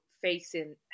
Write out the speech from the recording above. facing